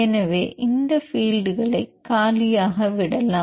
எனவே இந்த பீல்ட்களை காலியாக விடலாம்